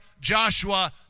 Joshua